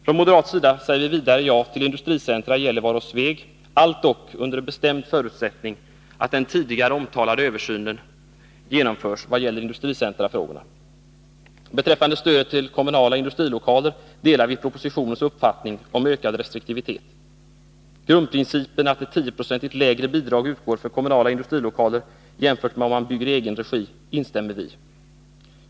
Från moderat sida säger vi vidare ja till industricentra i Gällivare och Sveg — allt dock under en bestämd förutsättning: att den tidigare nämnda översynen genomförs vad gäller industricentrafrågorna. Beträffande stödet till de kommunala industrilokalerna delar vi den i propositionen framförda uppfattningen om ökad restriktivitet. Vi instämmer i grundprincipen att 10 96 lägre bidrag utgår för kommunala industrilokaler jämfört med om man bygger i egen regi.